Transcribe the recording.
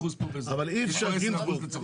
100% תעסוקה ורוצים להמיר אותה,